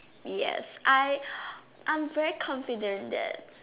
yes I I'm very confident that